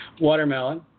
Watermelon